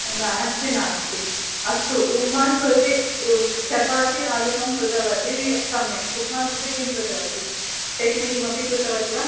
नास्ति नास्ति अस्तु उप्मा कृते चपाति आलुकं कृतवती सम्यक् उप्मा कृते किं कृतवती चट्नी कृतवती वा